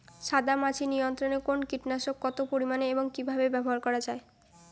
সাদামাছি নিয়ন্ত্রণে কোন কীটনাশক কত পরিমাণে এবং কীভাবে ব্যবহার করা হয়?